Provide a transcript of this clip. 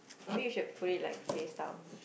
maybe you should put it like face down